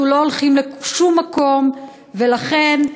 אנחנו לא הולכים לשום מקום, ולכן,